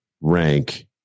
rank